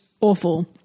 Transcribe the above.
awful